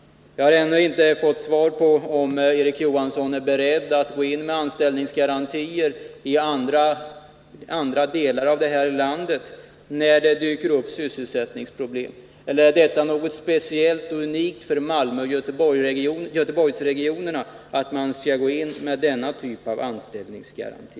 Jag har ännu inte fått svar på frågan om Erik Johansson är beredd att gå in med anställningsgarantier i andra delar av landet, när det dyker upp sysselsättningsproblem där. Eller är det någonting unikt för Malmöoch Göteborgsregionerna att man skall gå in med denna typ av anställningsgaranti?